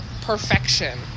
Perfection